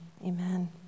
amen